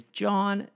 john